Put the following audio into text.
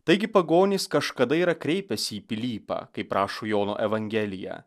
taigi pagonys kažkada yra kreipęsi į pilypą kaip rašo jono evangeliją